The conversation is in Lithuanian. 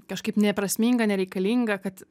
kažkaip neprasminga nereikalinga kad